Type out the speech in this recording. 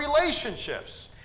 relationships